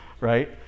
Right